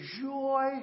joy